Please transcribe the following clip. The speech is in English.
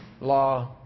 law